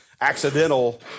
accidental